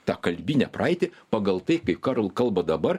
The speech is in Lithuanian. tą kalbinę praeitį pagal tai kai karol kalba dabar